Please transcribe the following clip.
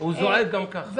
הוא זועק גם ככה.